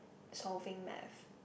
solving math